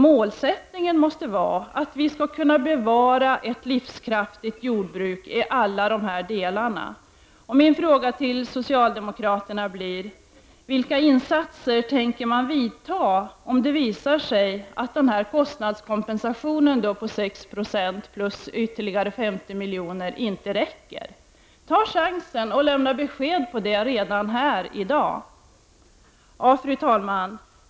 Målsättningen måste vara att vi skall kunna bevara ett livskraftigt jordbruk i alla delar av landet, och min fråga till socialdemokraterna blir: Vilka insatser tänker ni vidta, om det visar sig att kostnadskompensationen på 6 Io plus ytterligare 50 miljoner inte räcker? Ta chansen att lämna besked om det redan här i dag! Fru talman!